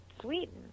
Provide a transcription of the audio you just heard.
Sweden